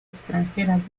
extranjeras